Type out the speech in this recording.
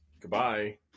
Goodbye